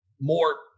more